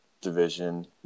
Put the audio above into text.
division